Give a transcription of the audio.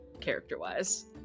character-wise